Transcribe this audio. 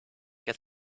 get